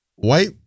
White